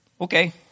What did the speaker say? Okay